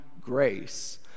grace